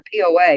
POA